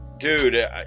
Dude